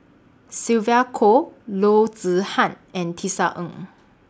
Sylvia Kho Loo Zihan and Tisa Ng